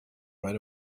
right